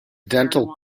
dental